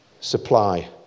supply